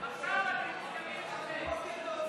עכשיו אתם נזכרים בזה?